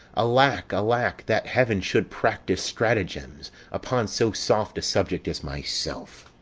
alack, alack, that heaven should practise stratagems upon so soft a subject as myself!